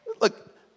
Look